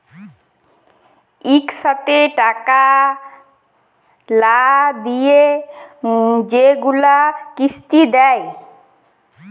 ইকসাথে টাকা লা দিঁয়ে যেগুলা কিস্তি দেয়